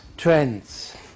Trends